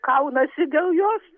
kaunasi dėl jos